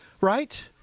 Right